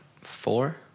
four